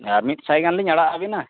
ᱟᱨ ᱢᱤᱫᱥᱟᱭ ᱜᱟᱱᱞᱤᱧ ᱟᱲᱟᱜ ᱟᱹᱵᱤᱱᱟ